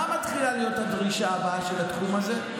מה מתחילה להיות הדרישה הבאה של התחום הזה?